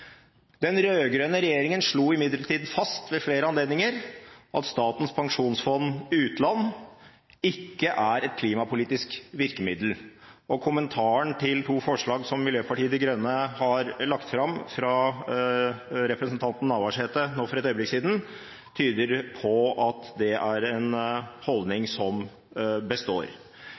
Den rød-grønne regjeringen slo imidlertid ved flere anledninger fast at Statens pensjonsfond utland ikke er et klimapolitisk virkemiddel, og kommentaren fra representanten Navarsete nå for et øyeblikk siden til to forslag som Miljøpartiet De Grønne har lagt fram, tyder på at det er en holdning som består.